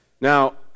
Now